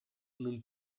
non